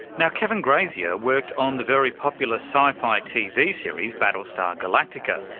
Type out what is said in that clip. now kevin grazier worked on the very popular sci-fi tv series battlestar galactica.